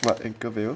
what anchorvale